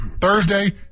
Thursday